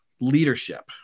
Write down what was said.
leadership